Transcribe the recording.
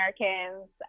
Americans